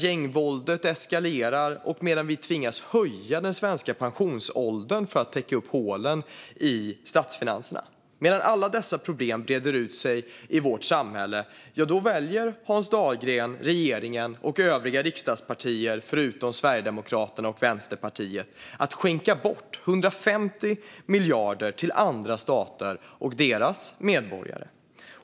Gängvåldet eskalerar, och vi tvingas höja pensionsåldern för att täcka upp hålen i statsfinanserna. Medan alla dessa problem breder ut sig i vårt samhälle väljer Hans Dahlgren, regeringen och övriga riksdagspartier, förutom Sverigedemokraterna och Vänsterpartiet, att skänka bort 150 miljarder till andra stater och deras medborgare.